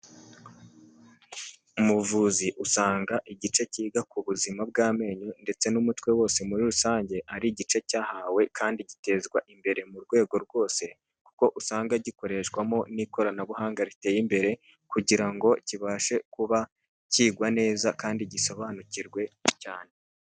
Umuvuzi, usanga igice cyiga ku buzima bw'amenyo, ndetse n'umutwe wose muri rusange, ari igice cyahawe, kandi gitezwa imbere mu rwego rwose, kuko usanga gikoreshwamo n'ikoranabuhanga riteye imbere, kugira ngo kibashe kuba kigwa neza kandi gisobanukirwe cyane.